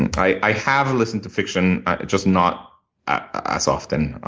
and i have listened to fiction just not as often.